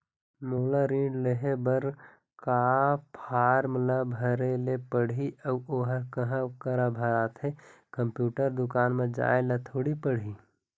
मोला ऋण लेहे बर का फार्म ला भरे ले पड़ही अऊ ओहर कहा करा भराथे, कंप्यूटर दुकान मा जाए ला थोड़ी पड़ही?